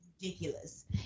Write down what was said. ridiculous